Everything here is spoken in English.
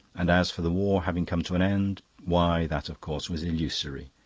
and as for the war having come to an end why, that, of course, was illusory.